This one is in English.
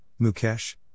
Mukesh